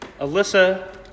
Alyssa